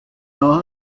nach